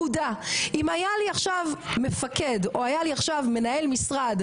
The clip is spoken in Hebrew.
אם היה לי עכשיו מפקד או היה לי עכשיו מנהל משרד,